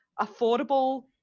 affordable